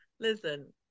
Listen